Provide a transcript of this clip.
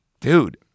Dude